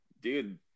dude